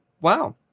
wow